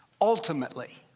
ultimately